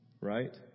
Right